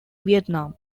vietnam